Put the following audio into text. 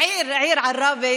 בעיר, בעיר עראבה.